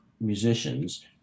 musicians